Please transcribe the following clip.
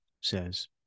says